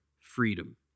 freedom